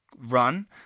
run